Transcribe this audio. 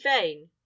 vain